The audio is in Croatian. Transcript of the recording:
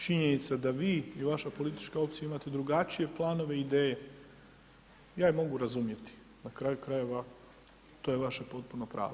Činjenica da vi i vaša politička opcija imate drugačije planove i ideje, ja ih mogu razumjeti, na kraju krajeva to je vaše potpuno pravo.